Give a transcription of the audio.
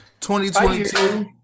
2022